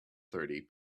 thirty